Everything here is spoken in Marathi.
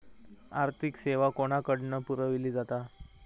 आर्थिक सेवा कोणाकडन पुरविली जाता?